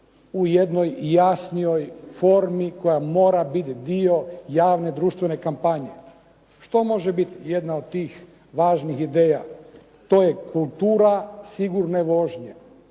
u jednoj i jasnijoj formi koja mora biti dio javne društvene kampanje. Što može biti jedna od tih važnih ideja? To je kultura sigurne vožnje,